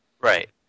Right